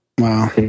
Wow